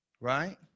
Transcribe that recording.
Right